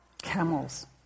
Camels